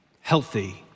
healthy